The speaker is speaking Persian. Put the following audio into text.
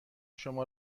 شما